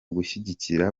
gushyigikira